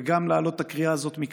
וגם להעלות את הקריאה הזאת מכאן: